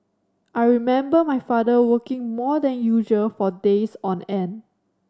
I remember my father working more than usual for days on end